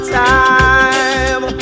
time